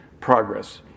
progress